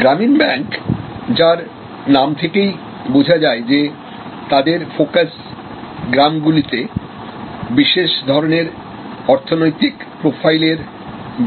গ্রামীণ ব্যাংক যার নাম থেকেই বোঝা যায় যে তাদের ফোকাস গ্রামগুলিতে বিশেষ ধরণের অর্থনৈতিক প্রোফাইলের